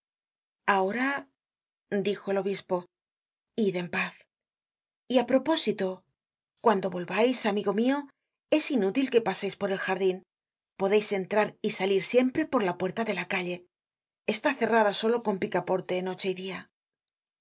ahora dijo el obispo id en paz y á propósito cuando volvais amigo mio es inútil que paseis por el jardin podeis entrar y salir siempre por la puerta de la calle está cerrada solo con picaporte noche y dia